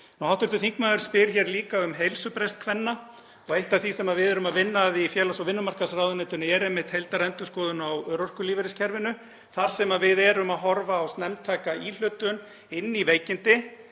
leyti. Hv. þingmaður spyr líka um heilsubrest kvenna. Eitt af því sem við erum að vinna að í félags- og vinnumarkaðsráðuneytinu er einmitt heildarendurskoðun á örorkulífeyriskerfinu þar sem við erum að horfa á snemmtæka íhlutun inn í veikindi